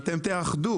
מי בעד?